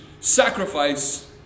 sacrifice